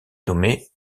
nommé